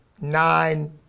nine